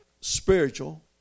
spiritual